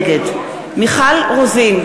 נגד מיכל רוזין,